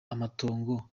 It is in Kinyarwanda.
amatongo